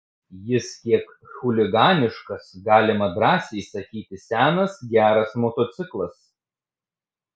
jis kiek chuliganiškas galima drąsiai sakyti senas geras motociklas